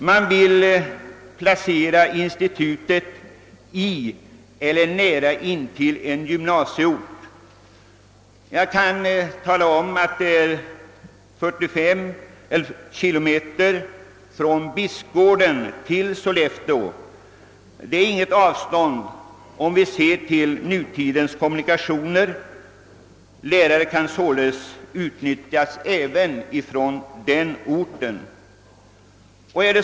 Man vill placera institutet i eller nära intill en gymnasieort. Jag kan nämna att avståndet från Bispgården till Sollefteå är 45 kilometer. Ett sådant avstånd är ingalunda avskräckande med dagens kommunikationsmöjligheter. Lärare från Sollefteå skulle således kunna utnyttjas i det här fallet.